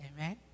Amen